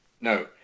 No